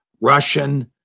Russian